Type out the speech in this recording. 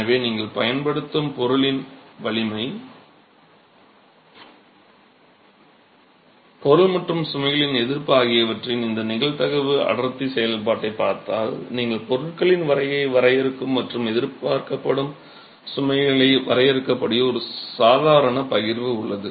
எனவே நீங்கள் பயன்படுத்தும் பொருளின் வலிமை பொருள் மற்றும் சுமைகளின் எதிர்ப்பு ஆகியவற்றின் இந்த நிகழ்தகவு அடர்த்தி செயல்பாட்டைப் பார்த்தால் நீங்கள் பொருட்களின் வலிமையை வரையறுக்கும் மற்றும் எதிர்பார்க்கப்படும் சுமைகளை வரையறுக்கக்கூடிய ஒரு சாதாரண பகிர்வு உள்ளது